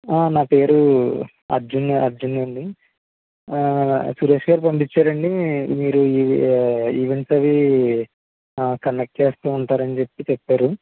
నా పేరు అర్జున్ అర్జున్నండి సురేష్ గారు పంపిచారండి మీరు మీరు ఈవెంట్స్ అవి కండక్ట్ చేస్తూ ఉంటారని చెప్పి చెప్పారు